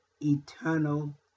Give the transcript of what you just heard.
eternal